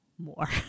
More